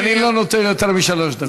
ואני לא נותן יותר משלוש דקות.